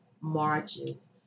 marches